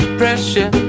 pressure